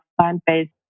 plant-based